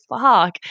fuck